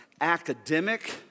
academic